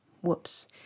whoops